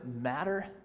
matter